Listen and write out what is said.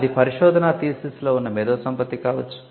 అది పరిశోధనా థీసిస్లో ఉన్న మేధో సంపత్తి కావచ్చు